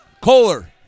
Kohler